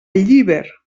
llíber